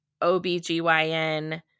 OBGYN